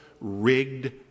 rigged